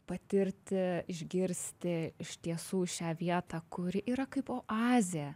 patirti išgirsti iš tiesų šią vietą kuri yra kaip oazė